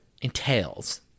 Entails